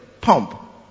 pump